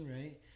right